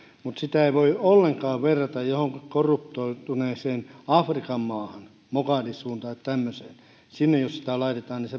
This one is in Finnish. mutta sitä ei voi ollenkaan verrata johonkin korruptoituneeseen afrikan maahan mogadishuun tai tämmöiseen sinne jos sitä laitetaan niin